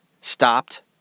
stopped